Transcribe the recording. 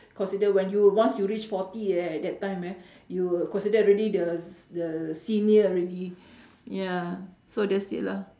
consider when you were once you reach forty eh at that time eh you consider already the s~ the senior already yeah so that's it lah